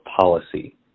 policy